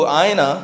aina